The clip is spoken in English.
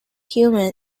human